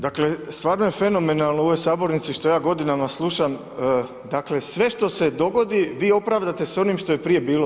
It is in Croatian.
Dakle, stvarno je fenomenalno u ovoj sabornici što ja godinama slušam, dakle, sve što se dogodi, vi opravdate s onim što je prije bilo.